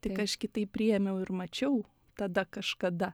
tik aš kitaip priėmiau ir mačiau tada kažkada